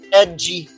edgy